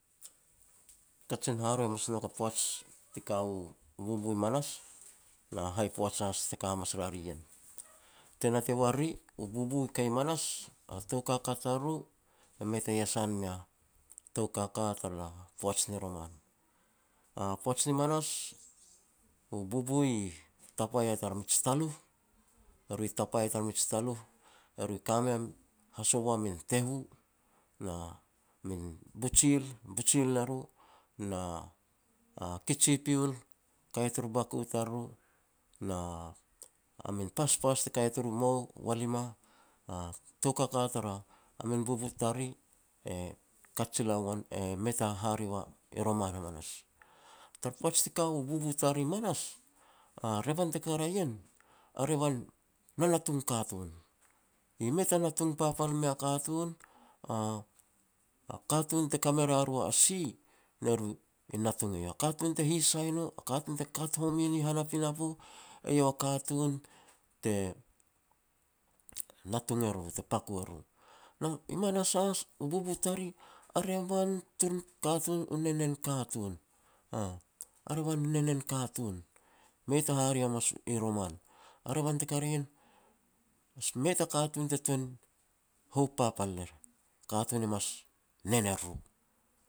Kajin haroi hamas ne nouk a poaj ti ka u bubu i manas, na hai poaj has te ka hamas ria ri ien. Te natei war riri, u bubu i kei manasa tou kaka tariru e mei ta iasan mea tou kaka tara poaj ni roman. A poaj ni manas u bubu i tapa ia tara mij taluh, e ru i tapa ia tara mij taluh, eru i ka mei a min hasovo a min tehu na min bujil, bujil ne ru, na a kij hipiul kai ia tur baku tariru, na min paspas te kaia turu mou, walima. Tou kaka tara a min bubu tariri e kat sila u wan, e mei ta hari ua i roman hamanas. Tara poaj ti ka u bubu tariri i manas, a revan te ka ria ien, a revan nanatung katun. E mei ta natung papal mea katun, a-a katun te ka me ria ru a si, ne ru i natung eiau. A katun te hisai no, a katun te kat home ni pinapo, eiau a katun te natung e ru ru, te pako e ru. I manas has, u bubu tariri a revan tur katun u nen nen katun, aah, a revan u nen nen katun. Mei ta hare hamas ui roman. A revan te ka ria ien, mei ta katun te tun houp papal ner. Katun e mas nen e ruru.